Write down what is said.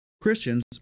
Christians